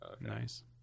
Nice